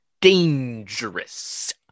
Dangerous